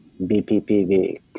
BPPV